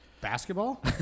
Basketball